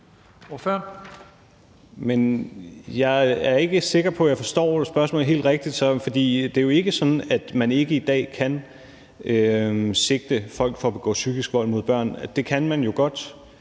Jeg er ikke sikker på, jeg så forstår spørgsmålet helt rigtigt, for det er jo ikke sådan, at man ikke i dag kan sigte folk for at begå psykisk vold mod børn. Det kan man jo godt,